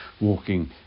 walking